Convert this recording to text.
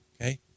Okay